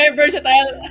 versatile